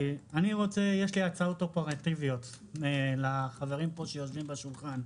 יש לי הצעות אופרטיביות לחברים שיושבים כאן סביב השולחן.